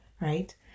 Right